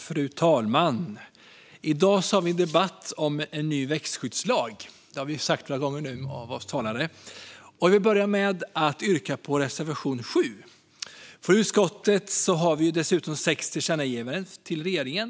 Fru talman! I dag debatterar vi en ny växtskyddslag. Det har sagts några gånger av tidigare talare. Jag vill börja med att yrka bifall till reservation 7. Från utskottet har vi dessutom föreslagit sex tillkännagivanden till regeringen.